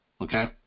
okay